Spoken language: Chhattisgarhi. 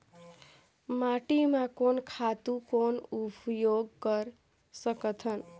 माटी म कोन खातु कौन उपयोग कर सकथन?